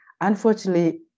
Unfortunately